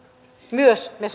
myös me